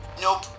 Nope